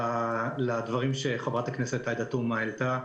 לדברים שחברת הכנסת עאידה תומא העלתה,